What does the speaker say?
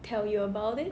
tell you about it